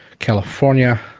california,